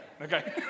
Okay